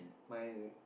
my